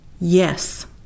Yes